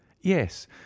yes